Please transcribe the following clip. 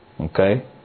Okay